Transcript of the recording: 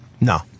No